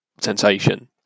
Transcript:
sensation